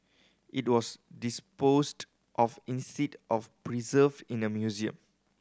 it was disposed of in seed of preserved in a museum